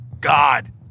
God